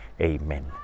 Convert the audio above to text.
Amen